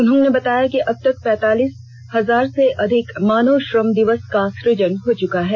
उन्होंने बताया कि अब तक पैंतालीस हजार से अधिक मानव श्रम दिवस से अधिक का सृजन हो चुका है